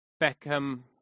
beckham